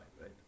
right